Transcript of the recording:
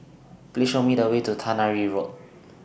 Please Show Me The Way to Tannery Road